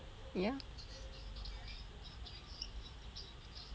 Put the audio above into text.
ya